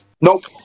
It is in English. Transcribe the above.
Nope